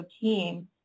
team